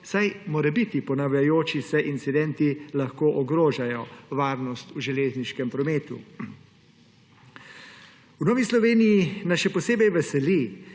saj morebiti ponavljajoči se incidenti lahko ogrožajo varnost v železniškem prometu. V Novi Sloveniji nas še posebej veseli,